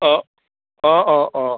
অঁ অঁ অঁ অঁ